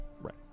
Right